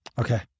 okay